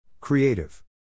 Creative